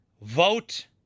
vote